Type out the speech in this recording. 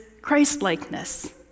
Christlikeness